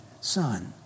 son